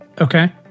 Okay